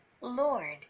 Lord